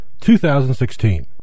2016